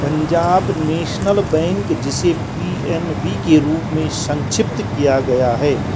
Punjab national bank, जिसे PNB के रूप में संक्षिप्त किया गया है